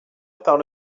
heure